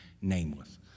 nameless